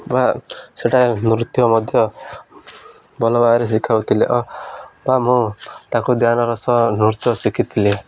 ବା ସେଇଟା ନୃତ୍ୟ ମଧ୍ୟ ଭଲ ଭାବରେ ଶିଖାଉ ଥିଲେ ବା ମୁଁ ତାକୁ ଧ୍ୟାନର ସହ ନୃତ୍ୟ ଶିଖିଥିଲି